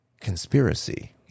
Conspiracy